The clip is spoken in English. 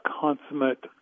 consummate